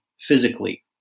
physically